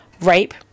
rape